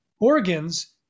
organs